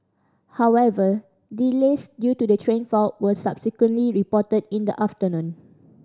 however delays due to the train fault were subsequently reported in the afternoon